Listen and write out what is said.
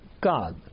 God